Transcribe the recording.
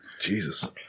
Jesus